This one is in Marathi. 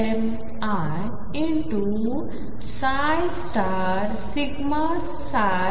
असेलिहूशकतो give you an example